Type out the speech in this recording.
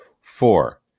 Four